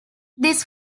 this